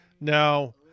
Now